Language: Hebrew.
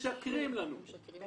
פשוט משקרים לנו.